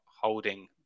holding